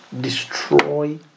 destroy